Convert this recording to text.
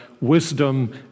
wisdom